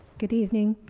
good evening.